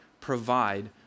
provide